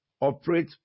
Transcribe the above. operate